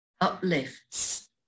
uplifts